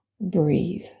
breathe